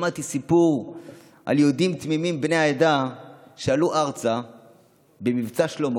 שמעתי סיפור על יהודים תמימים בני העדה שעלו ארצה במבצע שלמה